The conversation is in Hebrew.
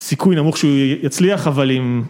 סיכוי נמוך שהוא יצליח אבל אם.